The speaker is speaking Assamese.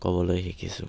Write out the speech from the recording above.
ক'বলৈ শিকিছোঁ